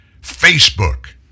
Facebook